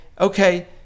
okay